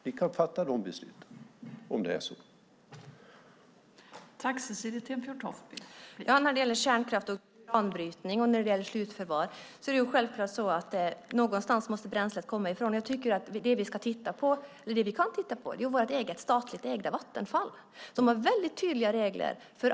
Ni kan fatta de besluten om det är så.